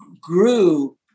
grew